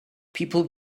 people